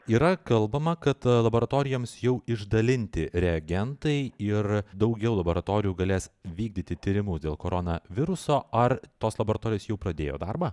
yra kalbama kad laboratorijoms jau išdalinti reagentai ir daugiau laboratorijų galės vykdyti tyrimus dėl koronaviruso ar tos laboratorijos jau pradėjo darbą